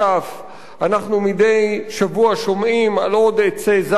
אנחנו מדי שבוע שומעים על עוד עצי זית שנעקרו.